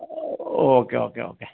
oh okay okay okay